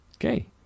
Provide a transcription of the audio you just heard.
Okay